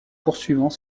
poursuivant